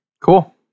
Cool